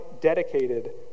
dedicated